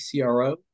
CRO